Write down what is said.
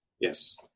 yes